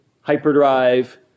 hyperdrive